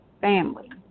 family